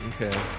Okay